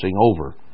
over